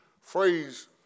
phrase